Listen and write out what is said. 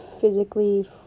physically